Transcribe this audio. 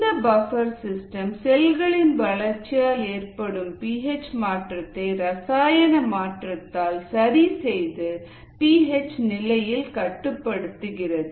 இந்த buffer system செல்களின் வளர்ச்சியால் ஏற்படும் பி ஹெச் மாற்றத்தை ரசாயன மாற்றத்தால் சரி செய்து பி ஹெச் நிலையில் கட்டுப்படுத்துகிறது